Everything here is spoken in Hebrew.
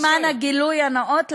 למען הגילוי הנאות,